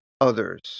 others